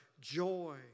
Joy